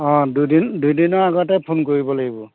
অঁ দুদিন দুইদিনৰ আগতে ফোন কৰিব লাগিব